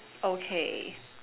okay